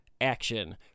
action